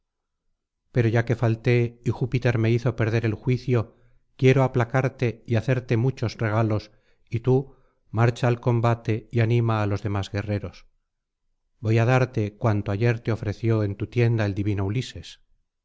pero ya que falté y júpiter me hizo perder el juicio quiero aplacarte y hacerte muchos regalos y tú marcha al combate y anima á los demás guerreros voy á darte cuanto ayer te ofreció en tu tienda el divino ulises